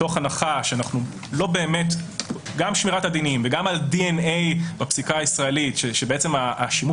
גם שמירת הדינים וגם על DNA בפסיקה הישראלית שבעצם השימוש